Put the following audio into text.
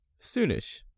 Soonish